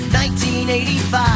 1985